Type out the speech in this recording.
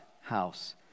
house